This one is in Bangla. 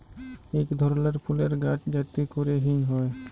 ইক ধরলের ফুলের গাহাচ যাতে ক্যরে হিং হ্যয়